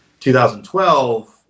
2012